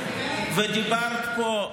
ודיברת פה,